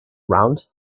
round